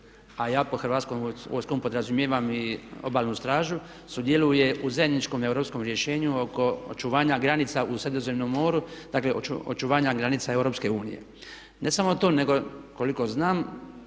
a ja pod Hrvatskom vojskom podrazumijevam i Obalnu stražu sudjeluje u zajedničkom europskom rješenju oko očuvanja granica u Sredozemnom moru, dakle očuvanja granica EU. Ne samo to nego koliko znam